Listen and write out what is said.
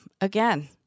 Again